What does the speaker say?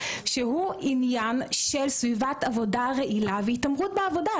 שהוא עניין של סביבת עבודה רעילה והתעמרות בעבודה.